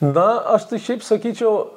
na aš tai šiaip sakyčiau